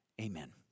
Amen